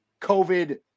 covid